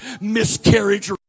miscarriage